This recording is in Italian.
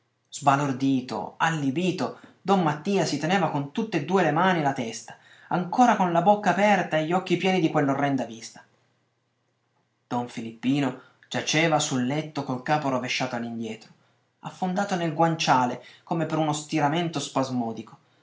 sbalordito allibito don mattia si teneva con tutt'e due le mani la testa ancora con la bocca aperta e gli occhi pieni di quell'orrenda vista don filippino giaceva sul letto col capo rovesciato indietro affondato nel guanciale come per uno stiramento spasmodico